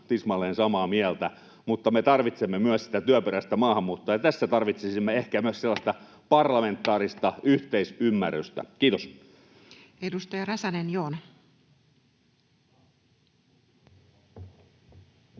tismalleen samaa mieltä, mutta me tarvitsemme myös sitä työperäistä maahanmuuttoa, ja tässä tarvitsisimme ehkä myös sellaista parlamentaarista yhteisymmärrystä. — Kiitos. [Speech 628] Speaker: